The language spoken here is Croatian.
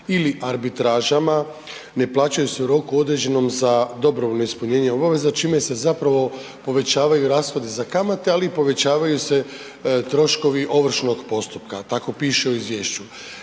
ili arbitražama ne plaćaju se u roku određenom za dobrovoljno ispunjenje obaveza čime se zapravo povećavaju rashodi za kamate ali i povećavaju se troškovi ovršnog postupka, tako piše u izvješću.